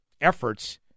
efforts